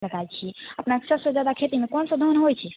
लगाए छियै अपने सब से जादा खेतीमे कोन सा धान होइ छै